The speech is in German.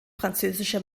französische